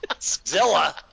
Zilla